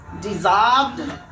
Dissolved